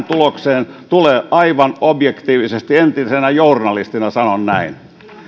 tulokseen tulee aivan objektiivisesti entisenä journalistina sanon näin